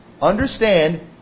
understand